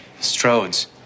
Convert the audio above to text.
Strode's